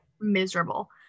miserable